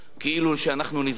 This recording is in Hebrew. כאילו אנחנו נביאים,